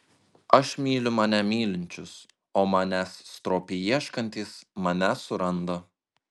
aš myliu mane mylinčius o manęs stropiai ieškantys mane suranda